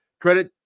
credit